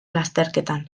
lasterketan